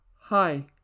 hi